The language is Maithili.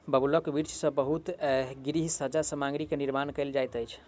बबूलक वृक्ष सॅ बहुत गृह सज्जा सामग्री के निर्माण कयल जाइत अछि